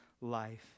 life